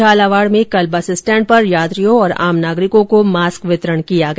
झालावाड़ में कल bus stand पर यात्रियों और आम नागरिकों को मास्क वितरण किया गया